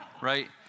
right